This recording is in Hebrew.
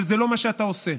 אבל זה לא מה שאתה עושה.